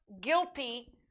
guilty